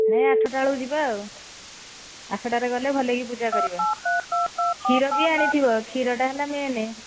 ନାଇଁ ଆଠଟା ବେଳକୁ ଯିବା ଆଉ ଆଠଟାରେ ଗଲେ ଭଲକି ପୂଜା କରିବା କ୍ଷୀର ବି ଆଣିଥିବ କ୍ଷୀରଟା ହେଲା ମେନ୍